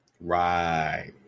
Right